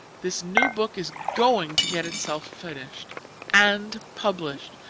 this new book is going to get itself finished and published!